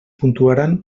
puntuaran